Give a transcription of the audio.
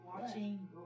watching